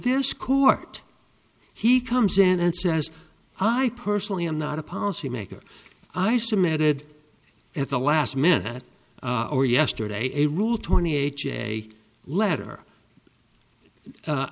this court he comes in and says i personally i'm not a policymaker i submitted at the last minute or yesterday a rule twenty eight j letter